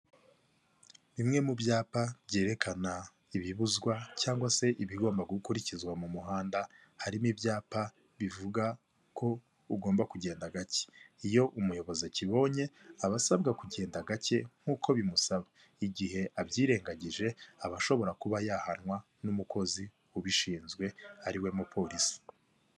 Bimwe mu byapa byerekana ibibuzwa cyangwa se ibigomba gukurikizwa mu muhanda, harimo ibyapa bivuga ko ugomba kugenda gake. Iyo umuyobozi akibonye, aba asabwa kugenda gake nk'uko bimusaba, igihe abyirengagije aba ashobora kuba yahanwa n'umukozi ubishinzwe ari we mupolisi.